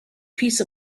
piece